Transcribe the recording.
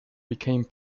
became